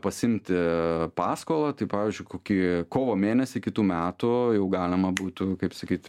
pasiimti paskolą tai pavyzdžiui kokį kovo mėnesį kitų metų jau galima būtų kaip sakyt